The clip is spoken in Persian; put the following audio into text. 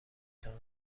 اتاقه